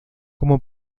como